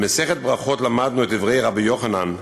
במסכת ברכות למדנו את דברי רבי יוחנן: